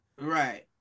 Right